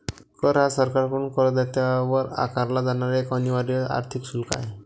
कर हा सरकारकडून करदात्यावर आकारला जाणारा एक अनिवार्य आर्थिक शुल्क आहे